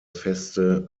feste